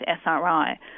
SRI